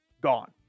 gone